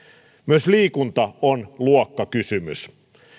myös liikunta on luokkakysymys